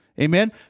Amen